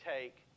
take